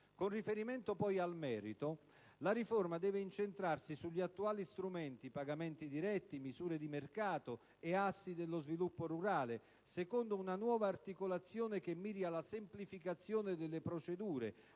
Con riferimento poi al merito, la riforma deve incentrarsi sugli attuali strumenti (pagamenti diretti, misure di mercato e assi dello sviluppo rurale), secondo una nuova articolazione che miri alla semplificazione delle procedure,